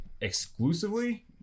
exclusively